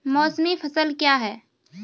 मौसमी फसल क्या हैं?